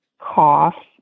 cough